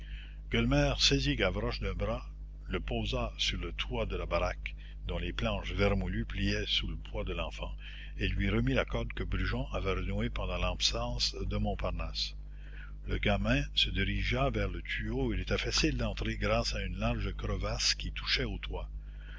gueulemer saisit gavroche d'un bras le posa sur le toit de la baraque dont les planches vermoulues pliaient sous le poids de l'enfant et lui remit la corde que brujon avait renouée pendant l'absence de montparnasse le gamin se dirigea vers le tuyau où il était facile d'entrer grâce à une large crevasse qui touchait au toit